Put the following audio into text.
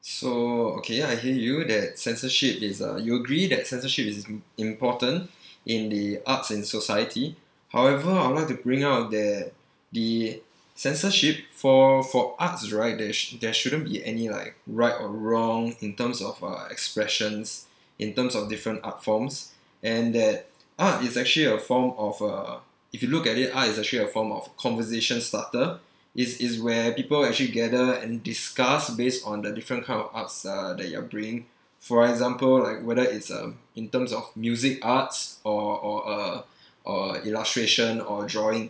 so okay ya I hear you that censorship is uh you agree that censorship is im~ important in the arts and society however I would like to bring out that the censorship for for arts right there sh~ there shouldn't be any like right or wrong in terms of uh expressions in terms of different art forms and that art is actually a form of uh if you look at it art is actually a form of conversation starter is is where people actually gather and discuss based on the different kind of arts uh that you're bringing for example like whether it's um in terms of music arts or or uh or illustration or drawing